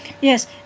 Yes